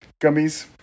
gummies